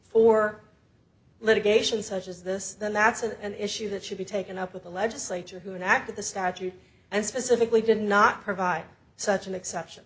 for litigation such as this then that's an issue that should be taken up with the legislature who can act that the statute and specifically did not provide such an exception